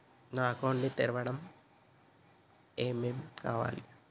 నా అకౌంట్ ని తెరవడానికి ఏం ఏం కావాలే?